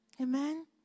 Amen